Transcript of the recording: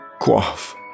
Quaff